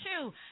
two